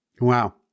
Wow